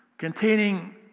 containing